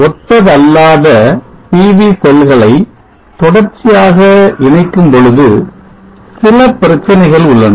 ஒத்ததல்லாத PV செல்களை தொடர்ச்சியாக இணைக்கும் பொழுது சில பிரச்சனைகள் உள்ளன